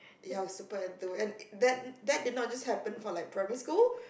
ya super Enthu and that that did not just happen for like primary school